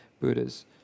Buddhas